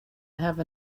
have